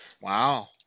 Wow